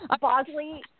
Bosley